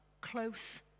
close